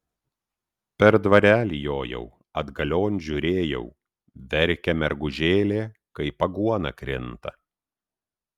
per dvarelį jojau atgalion žiūrėjau verkia mergužėlė kaip aguona krinta